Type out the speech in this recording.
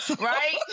right